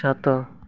ସାତ